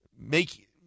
make